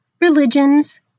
religions